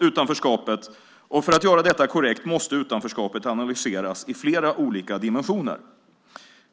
utanförskapet, och för att göra detta korrekt måste utanförskapet analyseras i flera olika dimensioner.